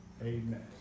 Amen